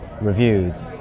reviews